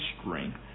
strength